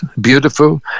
beautiful